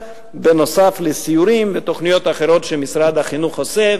בנוסף לסיורים ותוכניות אחרות שמשרד החינוך עושה,